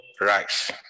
rice